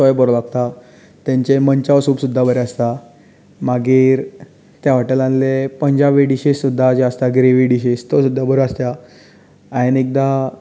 तोय बरो लागता तांचे मनचाव सूप सुद्दां बरे आसता मागीर त्या हॉटेलांतले पंजाबी डिशीज सुद्दां जे आसतात ते ग्रेवी डिशीज त्यो सुद्दां बऱ्यो आसता हांवें एकदां